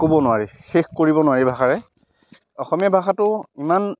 ক'ব নোৱাৰি শেষ কৰিব নোৱাৰি ভাষাৰে অসমীয়া ভাষাটো ইমান